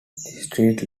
street